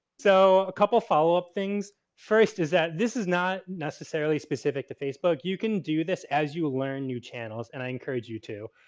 so, a couple follow-up things. first is that this is not necessarily specific to facebook. you can do this as you learn new channels and i encourage you to.